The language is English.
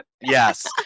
Yes